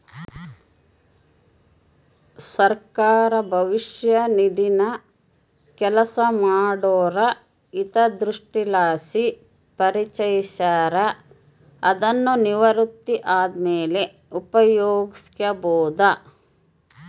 ಸರ್ಕಾರ ಭವಿಷ್ಯ ನಿಧಿನ ಕೆಲಸ ಮಾಡೋರ ಹಿತದೃಷ್ಟಿಲಾಸಿ ಪರಿಚಯಿಸ್ಯಾರ, ಅದುನ್ನು ನಿವೃತ್ತಿ ಆದ್ಮೇಲೆ ಉಪಯೋಗ್ಸ್ಯಬೋದು